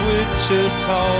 Wichita